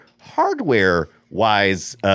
hardware-wise